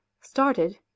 started